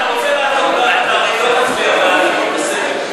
אתה הרי לא תצביע בעד, הכול בסדר.